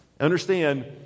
Understand